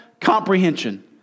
comprehension